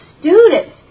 students